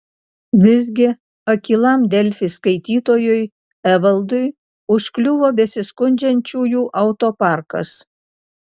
visgi akylam delfi skaitytojui evaldui užkliuvo besiskundžiančiųjų autoparkas